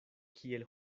kiel